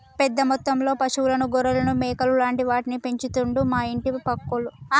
పెద్ద మొత్తంలో పశువులను గొర్రెలను మేకలు లాంటి వాటిని పెంచుతండు మా ఇంటి పక్కోళ్లు